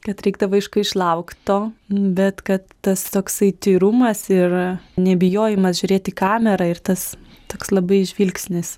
kad reikdavo aišku išlaukt to bet kad tas toksai tyrumas ir nebijojimas žiūrėt į kamerą ir tas toks labai žvilgsnis